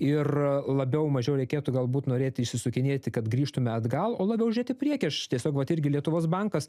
ir a labiau mažiau reikėtų galbūt norėti išsisukinėti kad grįžtume atgal o labiau žiūrėti priekį aš tiesiog vat irgi lietuvos bankas